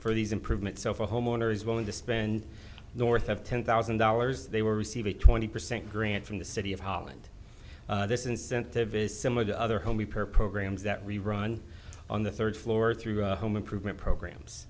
for these improvements so if a homeowner is willing to spend north of ten thousand dollars they were receiving twenty percent grant from the city of holland this incentive is similar to other homey per programs that we run on the third floor through home improvement programs